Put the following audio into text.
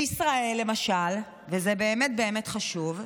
בישראל, למשל, וזה באמת חשוב,